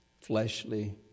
fleshly